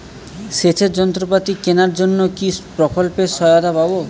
সেচের যন্ত্রপাতি কেনার জন্য কি প্রকল্পে সহায়তা পাব?